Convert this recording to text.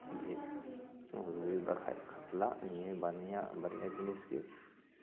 ᱡᱮ ᱨᱩᱭ ᱵᱟᱠᱷᱟᱡ ᱠᱟᱛᱞᱟ ᱱᱤᱭᱟᱹ ᱵᱟᱱᱭᱟ ᱵᱟᱨᱭᱟ ᱡᱤᱱᱤᱥ ᱜᱮ